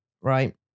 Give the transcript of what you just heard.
right